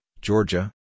Georgia